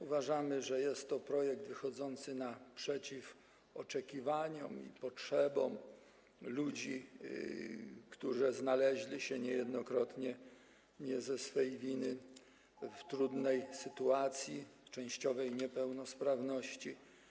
Uważamy, że jest to projekt wychodzący naprzeciw oczekiwaniom i potrzebom ludzi, którzy znaleźli się, niejednokrotnie nie ze swej winy, w trudnej sytuacji częściowej niepełnosprawności.